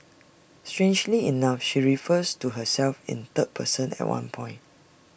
strangely enough she refers to herself in third person at one point